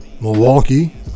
Milwaukee